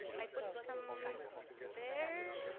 i put some there.